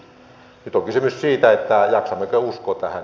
nyt on kysymys siitä jaksammeko uskoa tähän